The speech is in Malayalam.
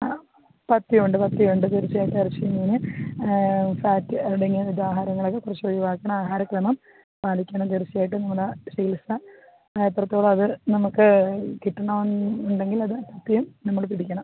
ആ പഥ്യമുണ്ട് പഥ്യമുണ്ട് തീർച്ചയായിട്ടെറച്ചി മീൻ ഫാറ്റ് അടങ്ങിയ ഇത് ആഹാരങ്ങളൊക്കെ കുറച്ചൊഴിവാക്കണം ആഹാര ക്രമം പാലിക്കണം തീർച്ചയായിട്ടും ഇവിടെ ചികിത്സ ആയപ്പറത്തോളത് നമുക്ക് കിട്ടണമെന്നുണ്ടെങ്കിലത് പഥ്യം നമ്മൾ പിടിക്കണം